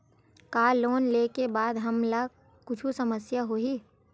का लोन ले के बाद हमन ला कुछु समस्या होही?